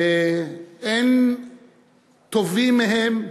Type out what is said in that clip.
ואין טובים מהם